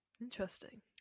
Interesting